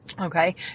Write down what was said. Okay